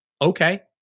Okay